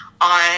on